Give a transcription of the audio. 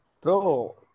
Bro